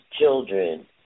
children